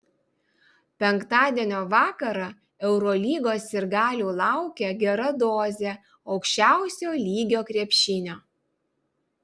penktadienio vakarą eurolygos sirgalių laukia gera dozė aukščiausio lygio krepšinio